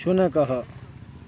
शुनकः